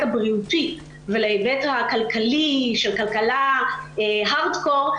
הבריאותי ולהיבט הכלכלי של כלכלה הארד-קור,